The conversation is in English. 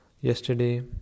yesterday